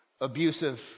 abusive